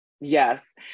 Yes